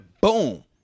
Boom